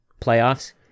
playoffs